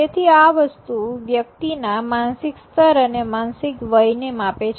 તેથી આ વસ્તુ વ્યક્તિ ના માનસિક સ્તર અને માનસિક વય ને માપે છે